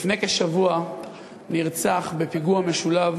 לפני כשבוע נרצח בפיגוע משולב